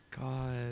God